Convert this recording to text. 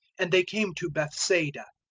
and they came to bethsaida.